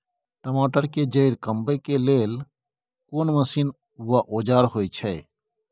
टमाटर के जईर के कमबै के लेल कोन मसीन व औजार होय छै?